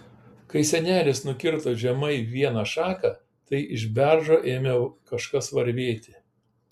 kai senelis nukirto žemai vieną šaką tai iš beržo ėmė kažkas varvėti